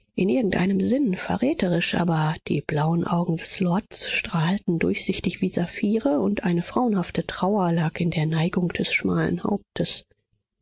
in irgendeinem sinn verräterisch aber die blauen augen des lords strahlten durchsichtig wie saphire und eine frauenhafte trauer lag in der neigung des schmalen hauptes